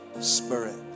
Spirit